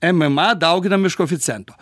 mma dauginami iš koeficiento